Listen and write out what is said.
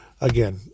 again